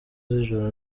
z’ijoro